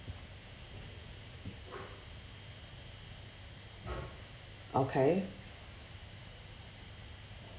okay